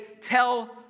tell